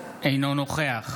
אינו נוכח